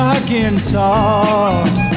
Arkansas